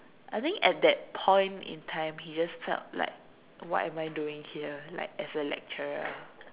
I think at that point in time he just felt like what am I doing here like as a lecturer